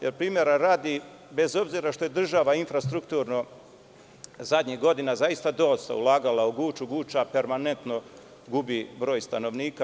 Jer, primera radi, bez obzira što je država infrastrukturno zadnjih godina zaista dosta ulagala u Guču, Guča permanentno gubi broj stanovnika.